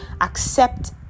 accept